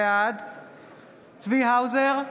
בעד צבי האוזר,